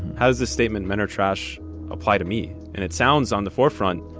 how's the statement? menor trash apply to me? and it sounds on the forefront